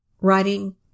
writing